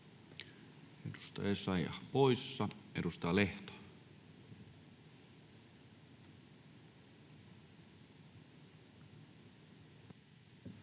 Edustaja Essayah poissa. — Edustaja Lehto.